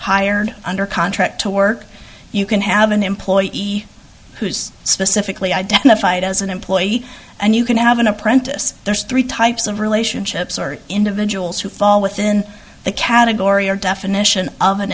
hired under contract to work you can have an employee who's specifically identified as an employee and you can have an apprentice there's three types of relationships or individuals who fall within the category or definition of an